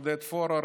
עודד פורר,